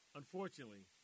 Unfortunately